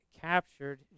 captured